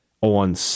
On